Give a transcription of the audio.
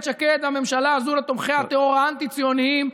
שקד והממשלה הזו לתומכי הטרור האנטי-ציוניים,